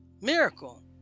miracle